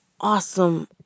awesome